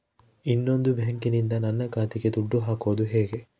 ಇನ್ನೊಂದು ಬ್ಯಾಂಕಿನಿಂದ ನನ್ನ ಖಾತೆಗೆ ದುಡ್ಡು ಹಾಕೋದು ಹೇಗೆ?